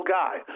guy